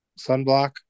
sunblock